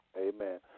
Amen